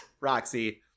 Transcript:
roxy